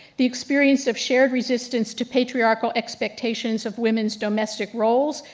the experience of shared resistance to patriarchal expectations of women's domestic roles,